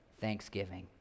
thanksgiving